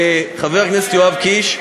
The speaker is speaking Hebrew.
חבר הכנסת יואב קיש,